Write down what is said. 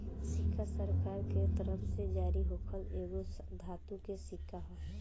सिक्का सरकार के तरफ से जारी होखल एगो धातु के सिक्का ह